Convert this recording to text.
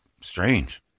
strange